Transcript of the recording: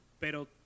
pero